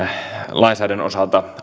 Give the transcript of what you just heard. lainsäädännön osalta